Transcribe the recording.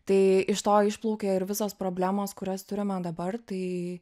tai iš to išplaukė ir visos problemos kurias turime dabar tai